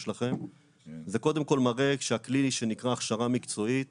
זה קודם כל מראה שהכלי שנקרא הכשרה מקצועית